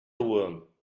uaim